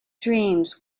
dreams